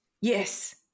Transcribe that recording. yes